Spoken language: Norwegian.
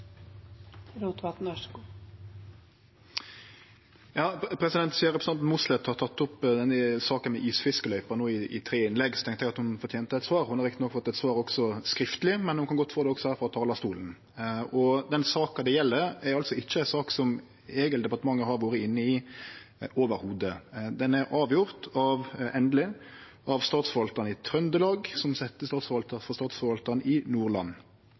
representanten Mossleth har teke opp saka med isfiskeløyper no i tre innlegg, tenkte eg at ho fortente eit svar. Ho har rett nok fått eit svar skriftlig, men ho kan godt få det også her frå talarstolen. Den saka det gjeld, er altså ei sak som eg eller departementet ikkje har vore inne i i det heile. Den er avgjord – endeleg – av Statsforvaltaren i Trøndelag, som settestatsforvaltar for Statsforvaltaren i Nordland.